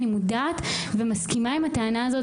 אני מודעת ומסכימה עם הטענה הזאת.